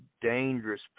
dangerous